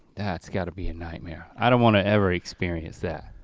that's gotta be a nightmare. i don't wanna ever experience that.